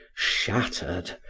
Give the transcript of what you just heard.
shattered,